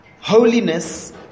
holiness